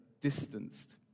distanced